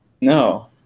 No